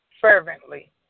fervently